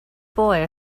boy